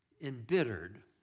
embittered